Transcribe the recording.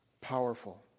Powerful